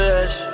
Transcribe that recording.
edge